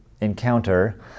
encounter